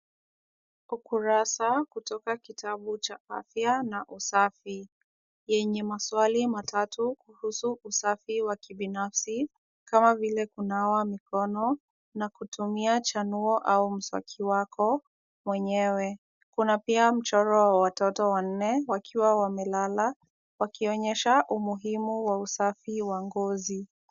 Ukurasa kutoka kitabu cha afya na usafi, yenye maswali matatu kuhusu usafi wa kibinafsi, kama vile kunawa mikono na kutumia chanuo au mswaki wako mwenyewe. Kuna pia mchoro wa watoto wanne, wakiwa wamelala, wakionyesha umuhimu wa usafi wa ngozi.